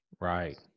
Right